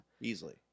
easily